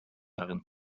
darin